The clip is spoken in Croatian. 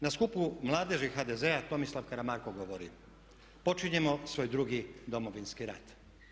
Na skupu mladeži HDZ-a Tomislav Karamarko govori počinjemo svoj drugi Domovinski rat.